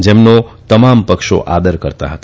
જેમનો તમામ પક્ષો આદર કરતાં હતા